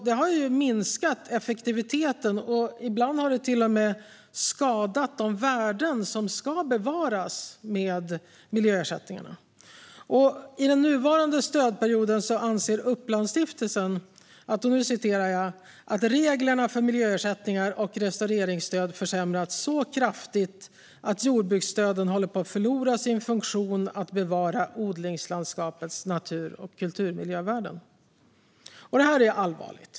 Det har minskat effektiviteten, och ibland har det till och med skadat de värden som ska bevaras med miljöersättningarna. I den nuvarande stödperioden anser Upplandsstiftelsen att reglerna för miljöersättningar och restaureringsstöd försämrats så kraftigt att jordbruksstöden håller på att förlora sin funktion att bevara odlingslandskapets natur och kulturmiljövärden. Det är allvarligt.